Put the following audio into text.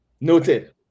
noted